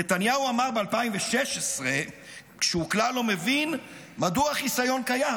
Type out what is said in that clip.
נתניהו אמר ב-2016 שהוא כלל לא מבין מדוע החיסיון קיים,